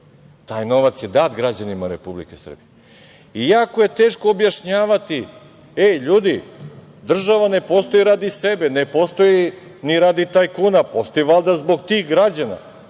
Taj novac je dat građanima Republike Srbije. Jako je teško objašnjavati – ej, ljudi, država ne postoji radi sebe, ne postoji ni radi tajkuna, postoji valjda zbog tih građana,